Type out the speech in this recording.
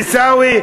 עיסאווי,